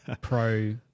pro